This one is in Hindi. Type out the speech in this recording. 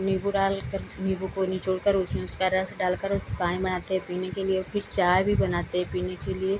नीम्बू डालकर नीम्बू को निचोड़कर उसमें उसका रस डालकर उससे पानी बनाते हैं पीने के लिए और फिर चाय भी बनाते हैं पीने के लिए